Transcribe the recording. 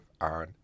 on